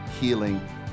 healing